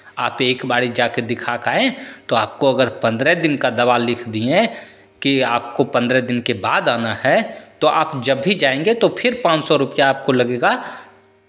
आप एक बारी जा के दिखा के आयें तो आपको अगर पंद्रह दिन का दवा लिख दिए हैं कि आपको पंद्रह दिन के बाद आना है तो आप जब भी जाएंगे तो फिर पाँच सौ रुपैया आपको लगेगा